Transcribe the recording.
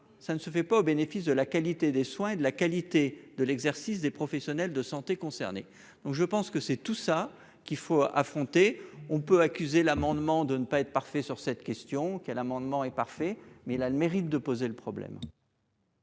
ça ne se fait pas au bénéfice de la qualité des soins et de la qualité de l'exercice des professionnels de santé concernés. Donc je pense que c'est tout ça qu'il faut affronter, on peut accuser l'amendement de ne pas être parfait sur cette question amendement est parfait mais elle a le mérite de poser le problème.--